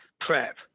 prep